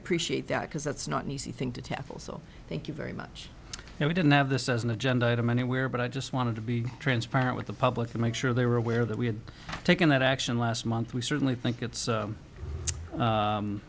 appreciate that because that's not an easy thing to tackle so thank you very much and we didn't have this as an agenda item anywhere but i just wanted to be transparent with the public to make sure they were aware that we had taken that action last month we certainly think it's